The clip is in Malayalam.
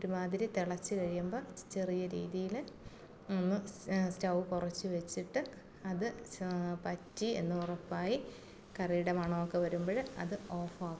ഒരു മാതിരി തിളച്ച് കഴിയുമ്പോൾ ചെറിയ രീതിയിൽ ഒന്ന് സ്റ്റൌവ് കുറച്ചു വച്ചിട്ട് അത് വറ്റി എന്ന് ഉറപ്പായി കറിയുടെ മണമൊക്കെ വരുമ്പോൾ അത് ഓഫാക്കും